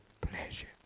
pleasure